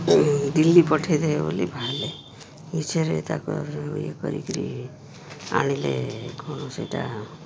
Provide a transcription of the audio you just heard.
ଦିଲ୍ଲୀ ପଠେଇଦେବେ ବୋଲି ବାହାରିଲେ ମିଛରେ ତାକୁ ଇଏ କରିକିରି ଆଣିଲେ କ'ଣ ସେଇଟା